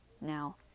now